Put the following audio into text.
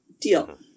deal